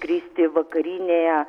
kristi vakarinėje